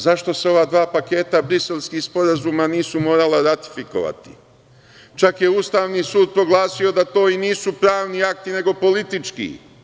Zašto se ova dva paketa briselskih sporazuma nisu morala ratifikovati, čak je Ustavni sud proglasio da to i nisu pravni akti nego politički.